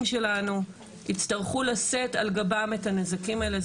שלנו יצטרכו לשאת על גבם את הנזקים האלה.